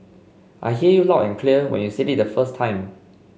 I heard you loud and clear when you said it the first time